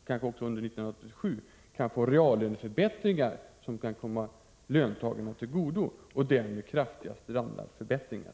och kanske även under 1987 kan få reallöneförbättringar, som kan komma löntagarna till godo och medföra kraftiga standardförbättringar.